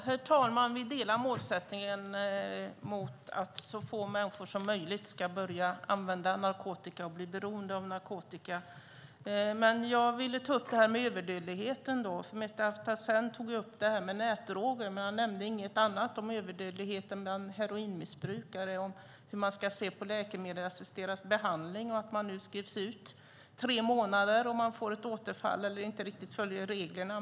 Herr talman! Vi delar målsättningen att så få människor som möjligt ska börja använda narkotika och bli beroende av narkotika. Jag vill ta upp det här med överdödligheten. Metin Ataseven tog upp nätdrogerna, men han nämnde inget om överdödligheten bland heroinmissbrukare, om hur man ska se på läkemedelsassisterad behandling och att man nu skrivs ut i tre månader om man får ett återfall eller inte riktigt följer reglerna.